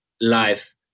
life